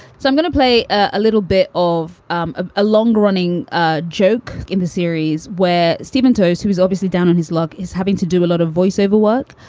so i'm gonna play a little bit of um ah a longer running ah joke in the series where stephen toe's, who is obviously down on his luck, is having to do a lot of voiceover work.